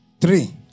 Three